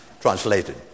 Translated